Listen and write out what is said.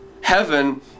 Heaven